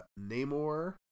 Namor